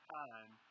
time